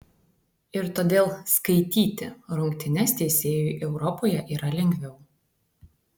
ir todėl skaityti rungtynes teisėjui europoje yra lengviau